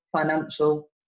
financial